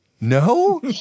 No